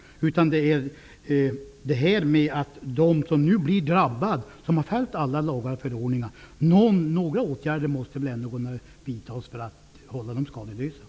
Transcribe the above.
Några åtgärder måste väl kunna vidtas för att hålla dem som nu drabbas -- trots att de har följt alla lagar och förordningar